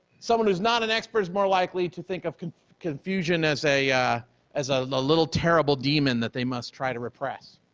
someone who's not an expert is more likely to think of confusion as a as a little terrible demon that they must try to repress.